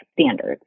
standards